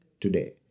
today